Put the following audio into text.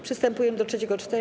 Przystępujemy do trzeciego czytania.